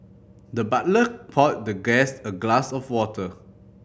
the butler poured the guest a glass of water